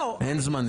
אין זמני.